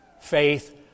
faith